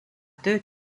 tööd